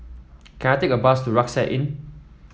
can I take a bus to Rucksack Inn